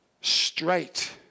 straight